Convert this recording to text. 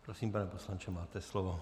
Prosím, pane poslanče, máte slovo.